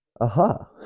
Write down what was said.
Aha